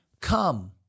come